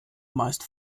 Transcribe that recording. meist